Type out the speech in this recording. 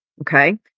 Okay